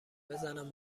بزنم